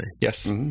Yes